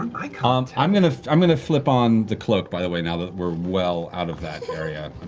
um like ah um i'm gonna i'm gonna flip on the cloak by the way, now that we are well out of that area.